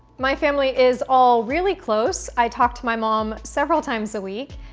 my family is all really close. i talk to my mom several times a week,